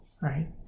right